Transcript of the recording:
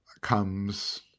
comes